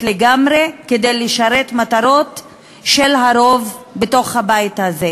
לגמרי כדי לשרת מטרות של הרוב בתוך הבית הזה.